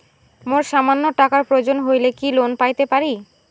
মোর সামান্য টাকার প্রয়োজন হইলে কি লোন পাইতে পারি?